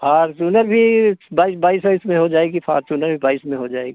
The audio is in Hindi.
फारचूनर भी बाईस बाईस ओइस में हो जाएगी फारचूनर भी बाईस में हो जाएगी